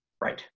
Right